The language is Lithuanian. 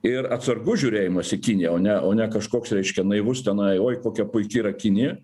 ir atsargus žiūrėjimas į kiniją o ne o ne kažkoks reiškia naivus tenai oi kokia puiki yra kinija